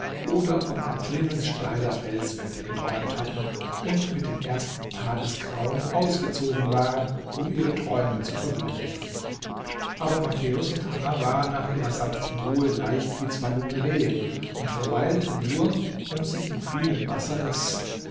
oder vom erklimmen steiler felswände geträumt hatten und mit dem ersten tagesgrauen ausgezogen waren um ihre träume zu verwirklichen aber matthäus und hanna waren nach ihrer sanften ruhe leicht wie zwei junge rehe und verweilten nur um sich im kühlen wasser des